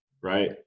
Right